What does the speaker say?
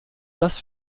das